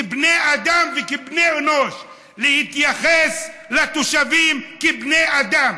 כבני אדם וכבני אנוש, להתייחס לתושבים כבני אדם.